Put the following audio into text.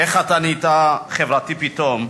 איך אתה נהיית חברתי פתאום,